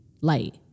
light